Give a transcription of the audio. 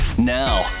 Now